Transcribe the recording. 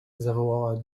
zawołała